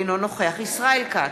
אינו נוכח ישראל כץ,